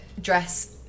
dress